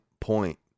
point